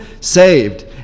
saved